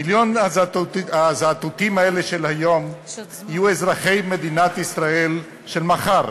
מיליון הזאטוטים האלה של היום יהיו אזרחי מדינת ישראל של מחר,